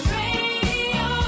radio